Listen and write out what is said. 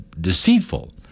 deceitful